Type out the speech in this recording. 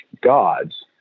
gods